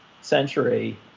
century